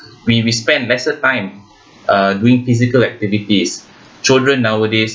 we we spend lesser time uh doing physical activities children nowadays